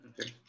Okay